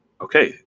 okay